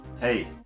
Hey